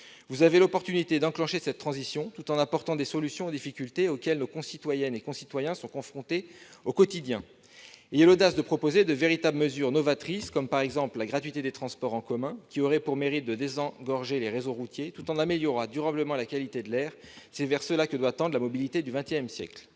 Vous avez l'occasion d'enclencher cette transition, tout en apportant des solutions aux difficultés auxquelles nos concitoyennes et concitoyens sont confrontés au quotidien. Ayez l'audace de proposer de véritables mesures novatrices, comme la gratuité des transports en commun qui aurait pour mérite de désengorger les réseaux routiers, tout en améliorant durablement la qualité de l'air. C'est vers cela que doit tendre la mobilité du XXI siècle.